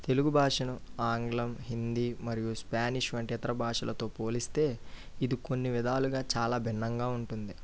తెలుగు భాషను ఆంగ్లం హిందీ మరియు స్పానిష్ వంటి ఇతర భాషలతో పోలిస్తే ఇది కొన్ని విధాలుగా బిన్నంగా ఉంటుంది